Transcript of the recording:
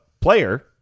player